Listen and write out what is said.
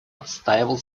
отстаивал